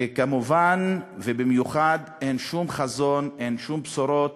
וכמובן ובמיוחד אין שום חזון, אין שום בשורות